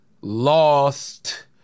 lost